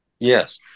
Yes